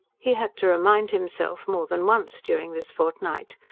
he had to remind himself more than once, during this fortnight,